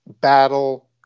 battle